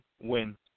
win